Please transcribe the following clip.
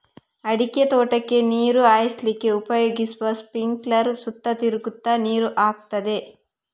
ಅಡಿಕೆ ತೋಟಕ್ಕೆ ನೀರು ಹಾಯಿಸ್ಲಿಕ್ಕೆ ಉಪಯೋಗಿಸುವ ಸ್ಪಿಂಕ್ಲರ್ ಸುತ್ತ ತಿರುಗ್ತಾ ನೀರು ಹಾಕ್ತದೆ